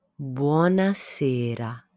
Buonasera